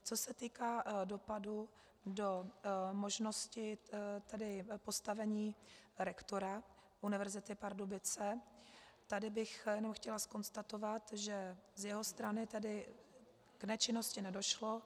Co se týká dopadu do možnosti, tedy postavení rektora Univerzity Pardubice, tady bych jenom chtěla konstatovat, že z jeho strany tedy k nečinnosti nedošlo.